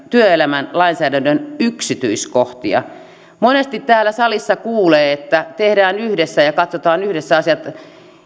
työelämän lainsäädännön yksityiskohtia monesti täällä salissa kuulee että tehdään yhdessä ja katsotaan yhdessä asiat